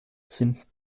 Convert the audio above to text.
sind